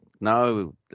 No